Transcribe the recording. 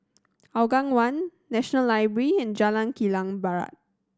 Hougang One National Library and Jalan Kilang Barat